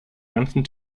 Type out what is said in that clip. ganzen